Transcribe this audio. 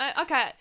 okay